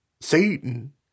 Satan